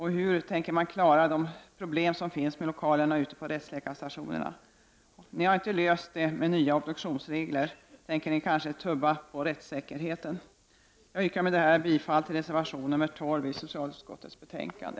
Hur tänker man klara de problem som finns med lokalerna ute på rättsläkarstationerna? Ni har inte löst det med nya obduktionsregler. Tänker ni kanske tumma på rättssäkerheten? Jag yrkar med detta bifall till reservation nr 12 i socialutskottets betänkande.